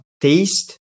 taste